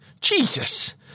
Jesus